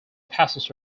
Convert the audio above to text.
passes